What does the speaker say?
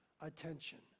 attention